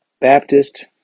Baptist